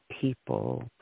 people